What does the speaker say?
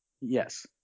Yes